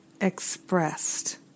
expressed